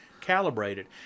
calibrated